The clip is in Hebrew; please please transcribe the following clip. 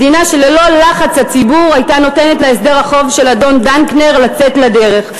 מדינה שללא לחץ הציבור הייתה נותנת להסדר החוב של אדון דנקנר לצאת לדרך.